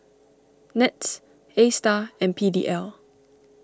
Nets Astar and P D L